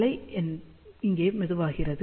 அலை இங்கே மெதுவாகிறது